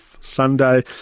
Sunday